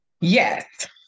Yes